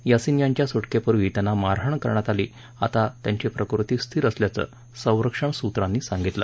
यासीन यांच्या सुटकेपूर्वी त्यांना मारहाण करण्यात आली आता त्यांची प्रकृती स्थिर असल्याचं संरक्षण सूत्रांनी सांगितलं